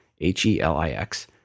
H-E-L-I-X